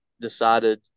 decided